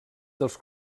dels